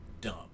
dumb